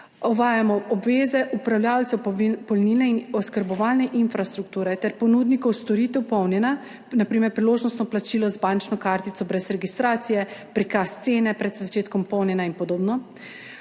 uvajamo obveze upravljavcev polnilne in oskrbovalne infrastrukture ter ponudnikov storitev polnjenja, na primer priložnostno plačilo z bančno kartico brez registracije; prikaz cene pred začetkom polnjenja in podobno;